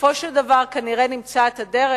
בסופו של דבר כנראה נמצא את הדרך.